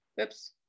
oops